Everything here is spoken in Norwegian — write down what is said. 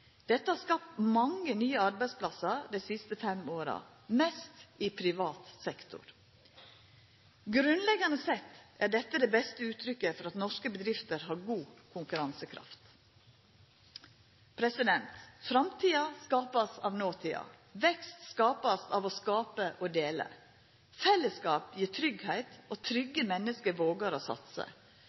Dette har skapt mange nye arbeidsplassar dei siste fem åra, mest i privat sektor. Grunnleggjande sett er dette det beste uttrykket for at norske bedrifter har god konkurransekraft. Framtida vert skapt av notida, vekst vert skapt av å skapa og å dela. Fellesskap gjev tryggleik, og trygge menneske vågar å